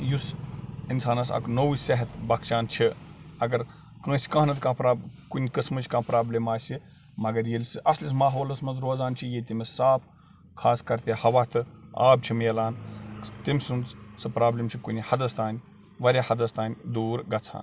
یُس اِنسانَس اَکھ نوٚو صحت بخچان چھِ اگر کٲنٛسہِ کانٛہہ نَتہٕ کانٛہہ کُنہِ قٕسمٕچ کانٛہہ پرٛابلِم آسہِ مگر ییٚلہِ سُہ اَصلِس ماحولَس منٛز روزان چھِ ییٚتہِ تٔمِس صاف خاص کر تہِ ہوا تہٕ آب چھِ مِلان سُہ تٔمۍ سُنٛد سُہ سۄ پرٛابلِم چھِ کُنہِ حَدس تام واریاہ حدس تام دوٗر گژھان